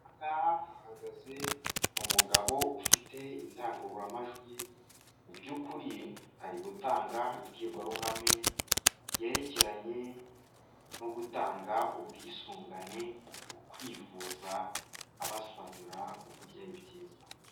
Aha ngaha hahagaze umugabo ufite indangururamajwi mu by'ukuri ari gutanga imbwirwaruhame yerekeranye no gutanga ubwisungane mu kwivuza abasobanurira uburyo ari byiza.